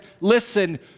listen